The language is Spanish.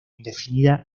indefinida